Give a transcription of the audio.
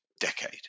decade